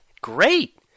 great